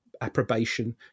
approbation